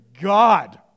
God